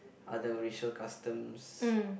other racial customs